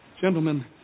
Gentlemen